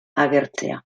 agertzea